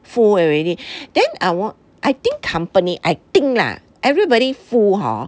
full already then I won't I think company I think lah everybody full hor